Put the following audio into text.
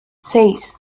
seis